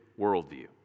worldview